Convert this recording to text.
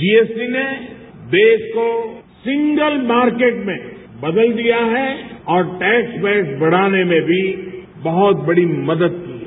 जी S T ने देश को सिंगल मार्केट में बदल दिया है और टैक्स वेल्थ बढ़ाने में भी बहुत बड़ी मदद की है